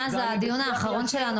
מאז הדיון האחרון שלנו,